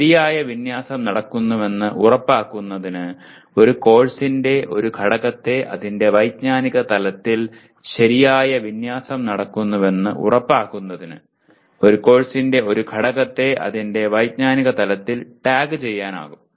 ശരിയായ വിന്യാസം നടക്കുന്നുവെന്ന് ഉറപ്പാക്കുന്നതിന് ഒരു കോഴ്സിന്റെ ഒരു ഘടകത്തെ അതിന്റെ വൈജ്ഞാനിക തലത്തിൽ ശരിയായ വിന്യാസം നടക്കുന്നുവെന്ന് ഉറപ്പാക്കുന്നതിന് ഒരു കോഴ്സിന്റെ ഒരു ഘടകത്തെ അതിന്റെ വൈജ്ഞാനിക തലത്തിൽ ടാഗുചെയ്യാനാകും